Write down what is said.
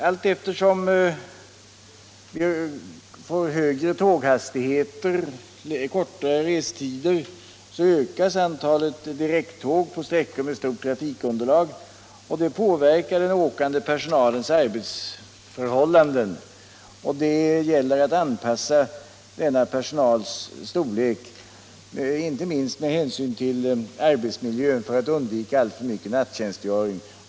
Allteftersom vi får högre tåghastigheter och kortare restider ökas antalet direkttåg på sträckor med stort trafikunderlag, och det påverkar den åkande personalens arbetsförhållanden. Det gäller att anpassa denna personals storlek, inte minst med hänsyn till arbetsmiljön, för att undvika alltför mycken nattjänstgöring.